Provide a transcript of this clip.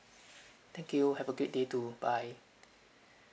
thank you have a great day too bye